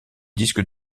disque